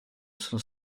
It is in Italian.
sono